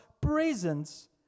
presence